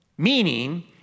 Meaning